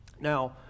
now